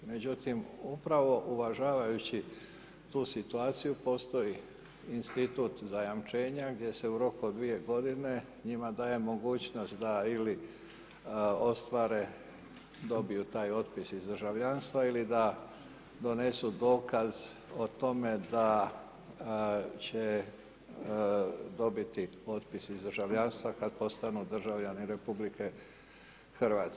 Međutim, upravo uvažavajući tu situaciju postoji institut zajamčenja gdje se u roku od 2 godine njima daje mogućnost da ili, ostvare dobiju taj otpis iz državljanstva ili da donesu dokaz o tome da će dobiti otpis iz državljanstva kada postanu državljani RH.